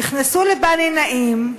נכנסו לבני-נעים,